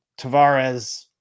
Tavares